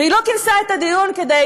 והיא לא כינסה את הדיון כדי